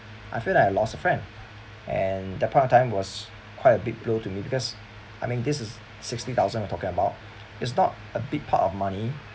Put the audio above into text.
I feel like I lost a friend and that point of time was quite a big blow to me because I mean this is sixty thousand we're talking about it's not a big part of money